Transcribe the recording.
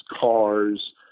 cars